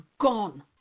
gone